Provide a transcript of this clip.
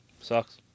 Sucks